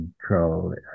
control